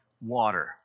water